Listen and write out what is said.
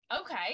okay